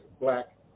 Black